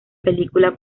película